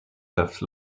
have